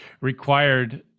required